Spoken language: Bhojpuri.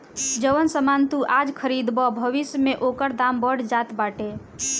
जवन सामान तू आज खरीदबअ भविष्य में ओकर दाम बढ़ जात बाटे